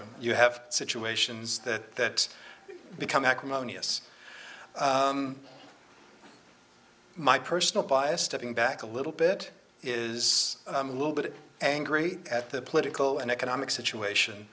know you have situations that become acrimonious my personal bias stepping back a little bit is a little bit angry at the political and economic situation